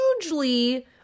hugely